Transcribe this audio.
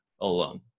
alone